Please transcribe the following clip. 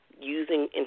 using